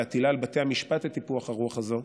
בהטילה על בתי המשפט את טיפוח הרוח הזו,